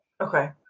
Okay